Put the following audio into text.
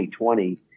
2020